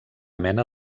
mena